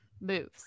moves